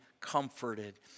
comforted